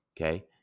Okay